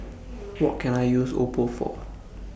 What Can I use Oppo For